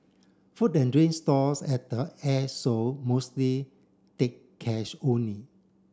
food and drink stalls at the Airshow mostly take cash only